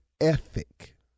ethic